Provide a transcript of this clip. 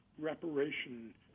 reparation